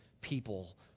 people